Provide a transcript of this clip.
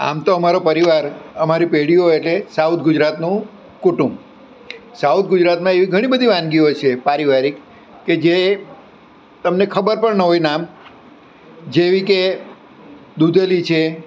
આમ તો અમારો પરિવાર અમારી પેઢીઓ એટલે સાઉથ ગુજરાતનું કુટુંબ સાઉથ ગુજરાતમાં એવી ઘણી બધી વાનગીઓ છે પારિવારિક કે જે તમને ખબર પણ ન હોય નામ જેવી કે દૂધેલી છે